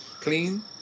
Clean